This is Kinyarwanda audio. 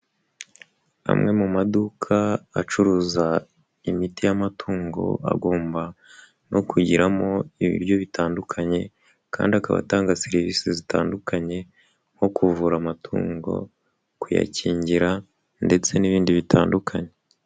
Amwe mu maduka acuruza imiti y'amatungo agomba no kugiramo ibiryo bitandukanye kandi akaba atanga serivisi zitandukanye nko kuvura amatungo, kuyakingira ndetse n'ibindi bitandukanye.